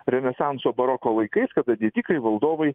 renesanso baroko laikais kada didikai valdovai